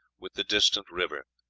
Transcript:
with the distant river.